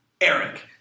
Eric